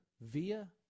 via